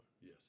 Yes